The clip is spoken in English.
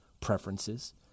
preferences